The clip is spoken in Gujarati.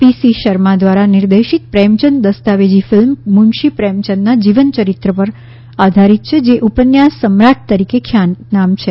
પી સી શર્મા દ્વારા નિર્દેશિત પ્રેમચંદ દસ્તાવેજી ફિલ્મ મુનશી પ્રેમચંદના જીવનયરિત્ર પર છે જે ઉપન્યાસ સમ્રાટ તરીકે ખ્યાતનામ છે